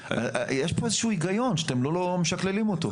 יש פה איזשהו היגיון שאתם לא משקללים אותו.